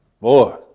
Boy